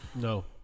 No